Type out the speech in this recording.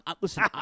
Listen